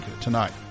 Tonight